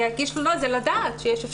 להגיש תלונות, זה לדעת שיש אפשרות.